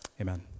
Amen